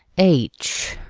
h.